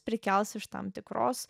prikels iš tam tikros